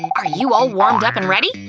are you all warmed up and ready?